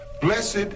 blessed